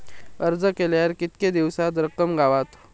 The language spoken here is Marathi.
अर्ज केल्यार कीतके दिवसात रक्कम गावता?